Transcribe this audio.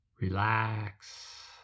Relax